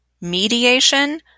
mediation